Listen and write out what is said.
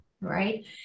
right